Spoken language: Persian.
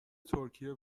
ترکیه